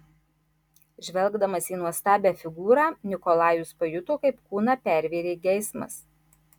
žvelgdamas į nuostabią figūrą nikolajus pajuto kaip kūną pervėrė geismas